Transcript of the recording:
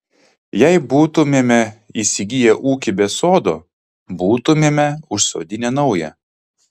jei būtumėme įsigiję ūkį be sodo būtumėme užsodinę naują